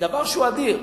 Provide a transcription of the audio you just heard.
דבר אדיר.